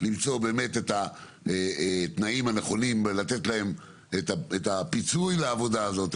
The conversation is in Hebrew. למצוא את התנאים הנכונים ואת הפיצוי לעבודה הזאת,